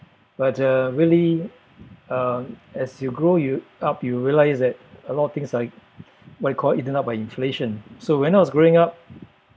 but uh really uh as you grow you up you realised that a lot of things like what you call eaten up by inflation so when I was growing up